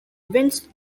events